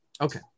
Okay